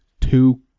two